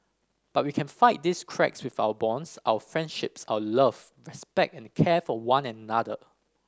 but we can fight these cracks with our bonds our friendships our love respect and care for one another